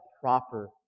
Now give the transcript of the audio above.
proper